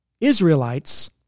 Israelites